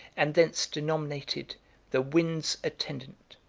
and thence denominated the wind's attendant.